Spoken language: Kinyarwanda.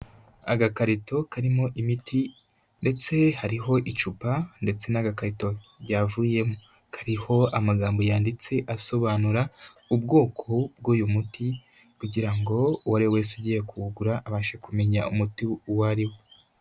Agakarito karimo imiti, ndetse hariho icupa, ndetse n'agakarito byavuyemo. Kariho amagambo yanditse asobanura ubwoko bw'uyu muti kugira ngo uwo ari we wese ugiye kuwugura, abashe kumenya umuti uwo ari wo.